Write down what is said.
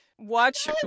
watch